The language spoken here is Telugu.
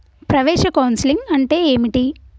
ప్రవేశ కౌన్సెలింగ్ అంటే ఏమిటి?